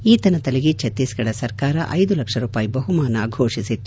ಈತನ ತಲೆಗೆ ಛತ್ತೀಸ್ಗಢ ಸರ್ಕಾರ ಐದು ಲಕ್ಷ ರೂಪಾಯಿ ಬಹುಮಾನ ಘೋಷಿಸಿತ್ತು